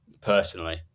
personally